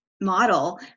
model